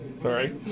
Sorry